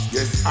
Yes